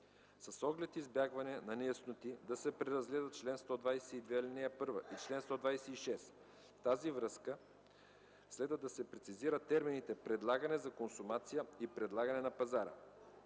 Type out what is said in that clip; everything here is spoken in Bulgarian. С оглед избягване на неясноти, да се преразгледат чл. 122, ал. 1 и чл. 126. В тази връзка следва да се прецизират термините „предлагане за консумация” и „предлагане на пазара”.